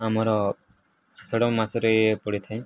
ଆମର ଆଷାଢ଼ ମାସରେ ପଡ଼ିଥାଏ